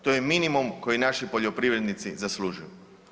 To je minimum koji naši poljoprivrednici zaslužuju.